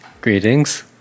Greetings